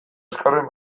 azkarren